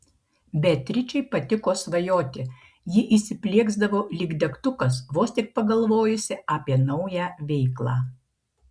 beatričei patiko svajoti ji įsiplieksdavo lyg degtukas vos tik pagalvojusi apie naują veiklą